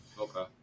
okay